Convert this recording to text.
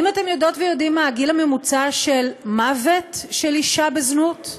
האם אתם יודעות ויודעים מה הגיל הממוצע של מוות של אישה בזנות?